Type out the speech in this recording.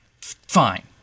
Fine